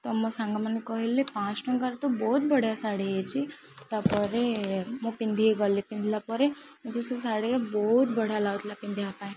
ତ ମୋ ସାଙ୍ଗମାନେ କହିଲେ ପାଁଶହ ଟଙ୍କାର ତ ବହୁତ ବଢ଼ିଆ ଶାଢ଼ୀ ହେଇଛି ତା'ପରେ ମୁଁ ପିନ୍ଧିକି ଗଲି ପିନ୍ଧିଲା ପରେ ମୋତେ ସେ ଶାଢ଼ୀର ବହୁତ ବଢ଼ିଆ ଲାଗୁଥିଲା ପିନ୍ଧିବା ପାଇଁ